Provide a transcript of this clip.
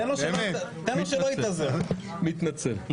אני מתנצל.